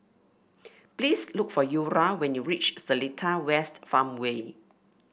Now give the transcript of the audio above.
please look for Eura when you reach Seletar West Farmway